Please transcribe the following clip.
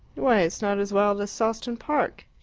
why, it's not as wild as sawston park!